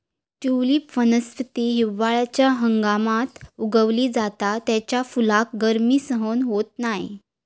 tulip वनस्पती हिवाळ्याच्या हंगामात उगवली जाता त्याच्या फुलाक गर्मी सहन होत नाय